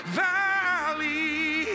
valley